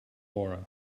aura